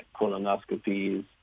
colonoscopies